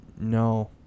No